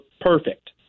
perfect